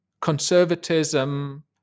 conservatism